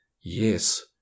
yes